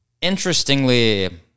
interestingly